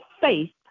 faith